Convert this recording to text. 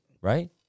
right